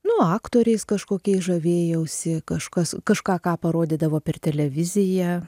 nu aktoriais kažkokiais žavėjausi kažkas kažką ką parodydavo per televiziją